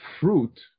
fruit